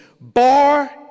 bar